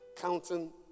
Counting